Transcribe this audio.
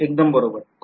हो एकदम बरोबर